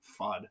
FUD